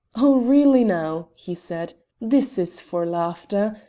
oh, really now, he said, this is for laughter!